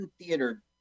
theater